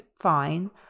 fine